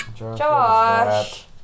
Josh